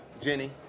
Jenny